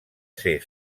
ser